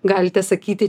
galite sakyti